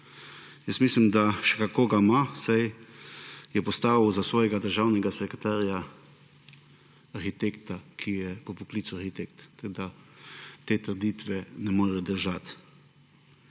Jaz mislim, da še kako ga ima, saj je postavil za svojega državnega sekretarja arhitekta, ki je po poklicu arhitekt, tako da te trditve ne morejo držati.